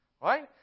right